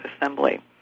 Assembly